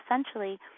essentially